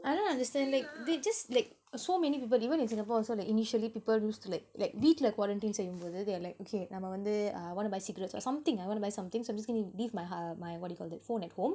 I don't understand like they just like so many people even in singapore also like initially people used to like like வீட்டுல:veetula quarantine செய்யும்போது:seiyumpothu they are like okay நம்ம வந்து:namma vanthu want to buy cigarettes or something I wanna buy something something to I'm just gonna leave my ho~ my what do you call it my phone at home